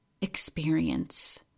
experience